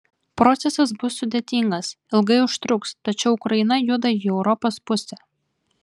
procesas bus sudėtingas ilgai užtruks tačiau ukraina juda į europos pusę